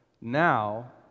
Now